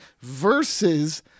versus